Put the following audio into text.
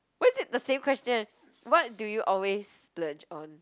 why is it the same question what do you always splurge on